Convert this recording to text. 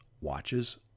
watches